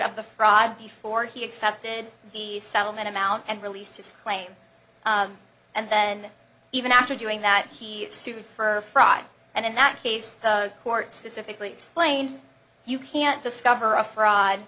of the fraud before he accepted the settlement amount and released his claim and then even after doing that he sued for fraud and in that case the court specifically explained you can't discover a fraud